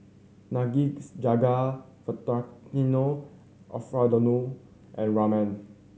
Nikujaga Alfredo and Ramen